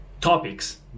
topics